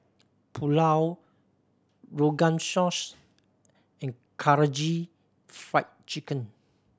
Pulao Rogan Josh and Karaage Fried Chicken